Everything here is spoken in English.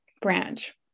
branch